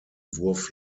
wurf